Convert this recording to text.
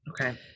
Okay